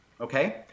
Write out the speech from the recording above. okay